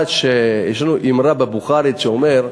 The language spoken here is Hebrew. יש לנו אמרה בבוכרית שאומרת: